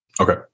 okay